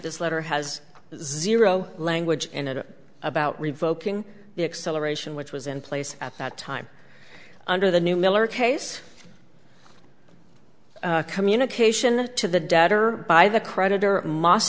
this letter has zero language in it about revoking the acceleration which was in place at that time under the new miller case communication to the debtor by the creditor m